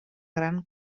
gran